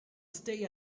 stay